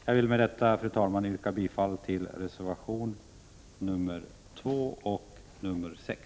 Jag vill med detta yrka bifall till reservationerna 2 och 6.